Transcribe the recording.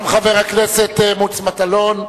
גם חבר הכנסת מוץ מטלון.